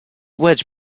wedge